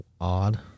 odd